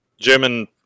German